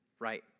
right